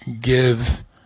gives –